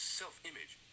self-image